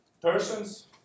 persons